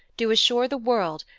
do assure the world,